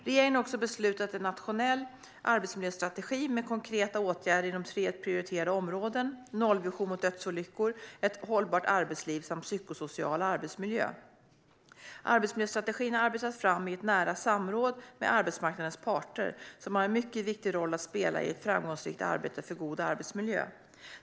Regeringen har också beslutat om en nationell arbetsmiljöstrategi med konkreta åtgärder inom tre prioriterade områden: nollvision mot dödsolyckor, ett hållbart arbetsliv samt psykosocial arbetsmiljö. Arbetsmiljöstrategin har arbetats fram i nära samråd med arbetsmarknadens parter, som har en mycket viktig roll att spela i ett framgångsrikt arbete för god arbetsmiljö.